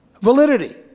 validity